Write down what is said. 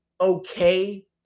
okay